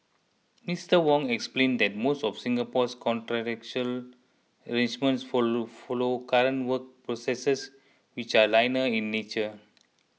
Mister Wong explained that most of Singapore's contractual arrangements follow current work processes which are linear in nature